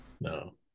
no